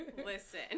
Listen